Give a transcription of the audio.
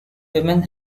women